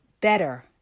better